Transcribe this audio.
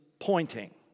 Pointing